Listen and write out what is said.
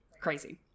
crazy